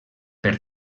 per